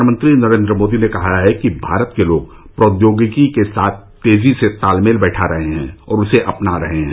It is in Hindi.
प्रधानमंत्री नरेंद्र मोदी ने कहा है कि भारत के लोग प्रौद्योगिकी के साथ तेजी से तालमेल बिठा रहे हैं और उसे अपना रहे हैं